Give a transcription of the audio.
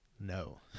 No